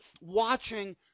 watching –